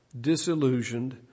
disillusioned